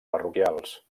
parroquials